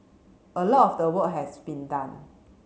a lot of the work has been done